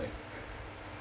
like